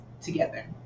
together